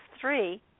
three